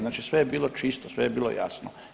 Znači sve je bilo čisto, sve je bilo jasno.